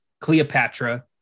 Cleopatra